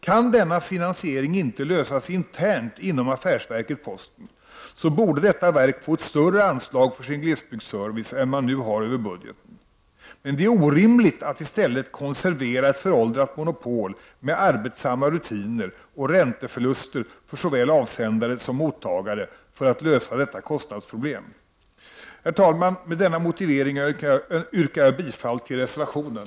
Kan denna finansiering inte lösas internt inom affärsverket posten, borde detta verk få ett större anslag för sin glesbygdsservice än vad det nu har över budgeten — men det är orimligt att i stället konservera ett föråldrat monopol med arbetsamma rutiner och ränteförluster för såväl avsändare som mottagare för att lösa detta kostnadsproblem. Herr talman! Med denna motivering yrkar jag bifall till reservationen.